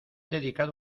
dedicado